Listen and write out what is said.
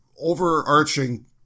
overarching